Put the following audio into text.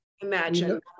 imagine